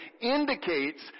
indicates